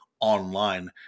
Online